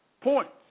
points